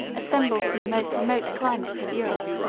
assembled from the most remote climates of europe.